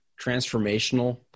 transformational